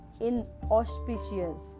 inauspicious